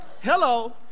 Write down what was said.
Hello